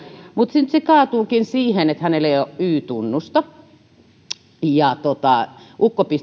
mutta nyt se kaatuukin siihen että hänellä ei ole y tunnusta ukko